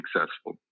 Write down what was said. successful